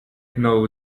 know